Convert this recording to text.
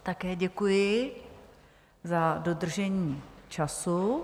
Také děkuji za dodržení času.